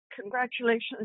Congratulations